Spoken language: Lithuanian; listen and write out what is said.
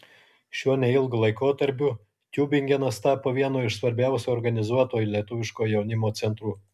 šiuo neilgu laikotarpiu tiubingenas tapo vienu iš svarbiausių organizuoto lietuviško jaunimo centrų